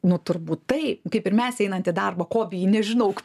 nu turbūt taip kaip ir mes einant į darbą ko bijai nežinau